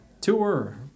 tour